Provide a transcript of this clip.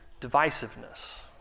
divisiveness